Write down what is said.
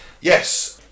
yes